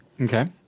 okay